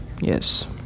Yes